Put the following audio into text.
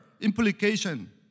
implication